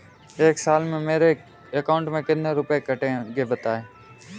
एक साल में मेरे अकाउंट से कितने रुपये कटेंगे बताएँ?